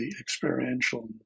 experiential